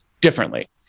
differently